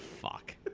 Fuck